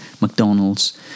mcdonald's